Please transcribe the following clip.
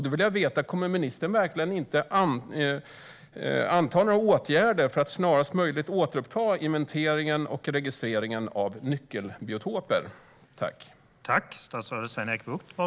Då vill jag veta följande: Kommer ministern verkligen inte att vidta några åtgärder för att snarast möjligt återuppta inventeringen och registreringen av nyckelbiotoper?